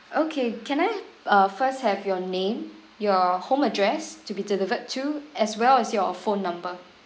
okay can I uh first have your name your home address to be delivered to as well as your phone number